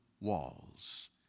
walls